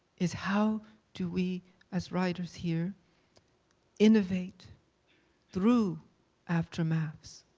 is how do we as writers here innovate through aftermaths